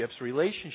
relationships